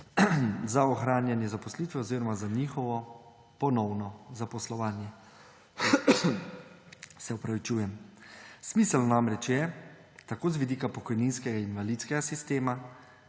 za ohranjanje zaposlitve oziroma za njihovo ponovno zaposlovanje. Smisel namreč je tako z vidika pokojninskega in invalidskega sistema